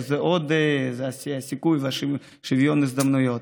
זה הסיכוי ושוויון הזדמנויות.